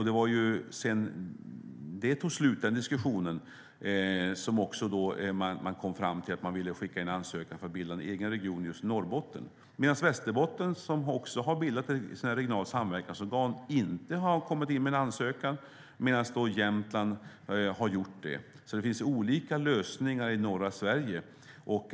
Det var sedan den diskussionen tog slut som man kom fram till att man ville skicka in ansökan om att bilda en egen region i just Norrbotten. Västerbotten, som också har bildat ett regionalt samverkansorgan, har inte skickat in en ansökan medan Jämtland har gjort det. Det finns alltså olika lösningar i norra Sverige.